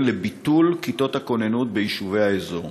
לביטול כיתות הכוננות ביישובי האזור.